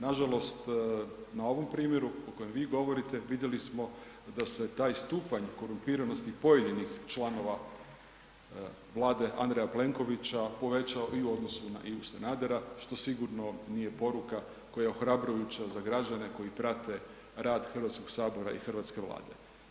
Nažalost, na ovom primjeru o kojem vi govorite, vidjeli smo da se taj stupanj korumpiranosti pojedinih članova Vlade A. Plenkovića povećao i u odnosu na I. Sanadera što sigurno nije poruka koja je ohrabrujuća za građane koji prate rad Hrvatskog sabora i hrvatske Vlade.